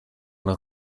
una